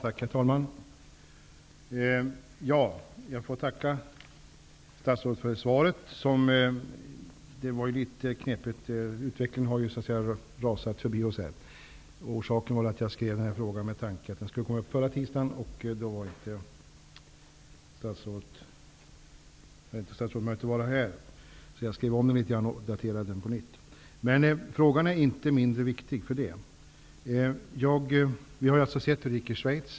Herr talman! Jag tackar statsrådet för svaret. Utvecklingen har så att säga rasat förbi oss här. Jag skrev frågan med tanke på att den skulle komma upp förra tisdagen. Då hade statsrådet inte möjlighet att vara här, därför skrev jag om den litet grand och daterade den på nytt. Men frågan är inte mindre viktig för det. Nu har vi alltså sett hur det gick i Schweiz.